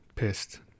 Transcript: Pissed